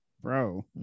bro